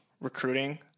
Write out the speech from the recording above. recruiting